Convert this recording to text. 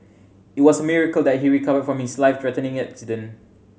it was a miracle that he recovered from his life threatening accident